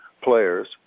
players